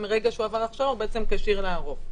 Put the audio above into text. ומרגע שהוא עבר הכשרה הוא כשיר לערוך,